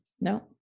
No